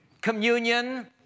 Communion